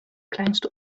kleinste